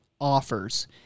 offers